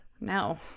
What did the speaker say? No